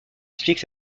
explique